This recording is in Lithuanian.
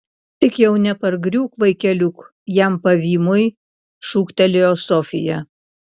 tik jau nepargriūk vaikeliuk jam pavymui šūktelėjo sofija